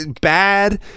Bad